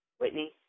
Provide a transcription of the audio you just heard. Whitney